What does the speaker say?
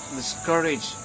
discourage